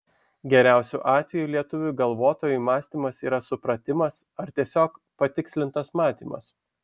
geriausiu atveju lietuviui galvotojui mąstymas yra supratimas ar tiesiog patikslintas matymas